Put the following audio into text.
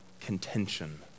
contention